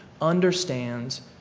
understands